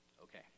okay